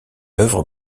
œuvre